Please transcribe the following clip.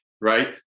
right